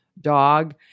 dog